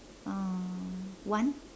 uh one